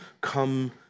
come